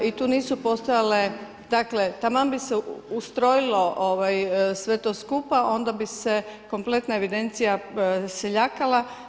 I tu nisu postojale, dakle taman bi se ustrojilo sve to skupa, onda bi se kompletna evidencija seljakala.